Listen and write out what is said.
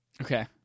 Okay